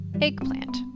eggplant